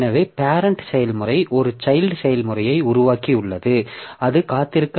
எனவே பேரெண்ட் செயல்முறை ஒரு சைல்ட் செயல்முறையை உருவாக்கியுள்ளது அது காத்திருக்கவில்லை